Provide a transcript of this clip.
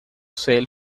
sail